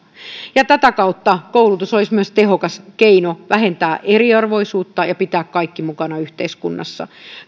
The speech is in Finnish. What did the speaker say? tätä kautta koulutus olisi myös tehokas keino vähentää eriarvoisuutta ja pitää kaikki mukana yhteiskunnassa